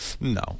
No